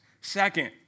Second